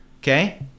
okay